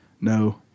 no